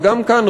וגם כאן,